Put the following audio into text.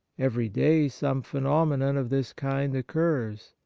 every day some phenomenon of this kind occurs.